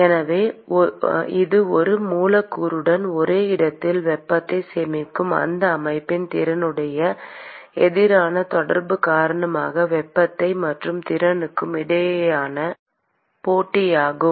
எனவே இது ஒரே மூலக்கூறுடன் ஒரே இடத்தில் வெப்பத்தை சேமிக்கும் அந்த அமைப்பின் திறனுக்கு எதிரான தொடர்பு காரணமாக வெப்பத்தை மாற்றும் திறனுக்கு இடையேயான போட்டியாகும்